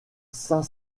saint